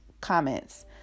comments